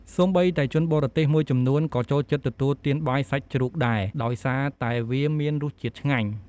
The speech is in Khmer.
សូម្បីតែជនបរទេសមួយចំនួន ក៏ចូលចិត្តទទួលទានបាយសាច់ជ្រូកដែរ ដោយសារតែវាមានរសជាតិឆ្ងាញ់។